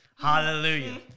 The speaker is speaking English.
Hallelujah